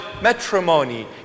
Matrimony